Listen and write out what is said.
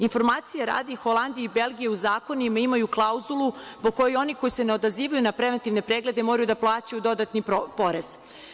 Informacije radi, Holandija i Belgija u zakonu imaju klauzulu po kojoj oni koji se ne odazivaju na preventivne preglede, moraju da plaćaju dodatni porez.